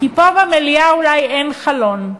כי פה במליאה אולי אין חלון,